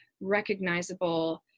recognizable